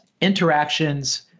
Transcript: interactions